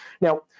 Now